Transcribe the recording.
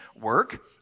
work